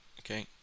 Okay